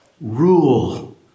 rule